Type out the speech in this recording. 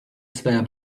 své